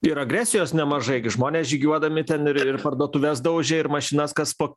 ir agresijos nemažai gi žmonės žygiuodami ten ir ir parduotuves daužė ir mašinas kas po